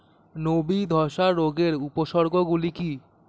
নাবি ধসা রোগের উপসর্গগুলি কি কি?